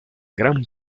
gran